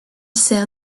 sert